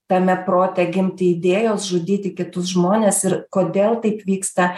tame prote gimti idėjos žudyti kitus žmones ir kodėl taip vyksta